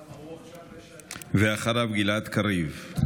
אחריו, גלעד קריב.